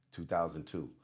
2002